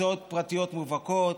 הוצאות פרטיות מובהקות.